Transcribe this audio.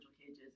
cages